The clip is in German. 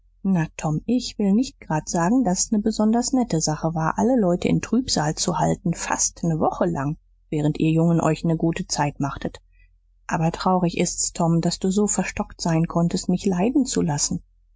na tom ich will nicht grad sagen daß es ne besonders nette sache war alle leute in trübsal zu halten fast ne woche lang während ihr jungen euch ne gute zeit machtet aber traurig ist's tom daß du so verstockt sein konntest mich leiden zu lassen